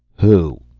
who?